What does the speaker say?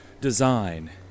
design